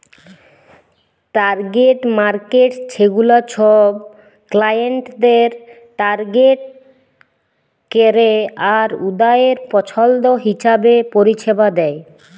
target markets ছেগুলা ছব ক্লায়েন্টদের টার্গেট ক্যরে আর উয়াদের পছল্দ হিঁছাবে পরিছেবা দেয়